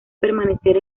permanecer